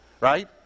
right